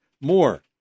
More